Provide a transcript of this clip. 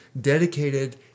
dedicated